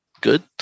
good